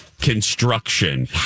Construction